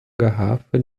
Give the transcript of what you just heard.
garrafa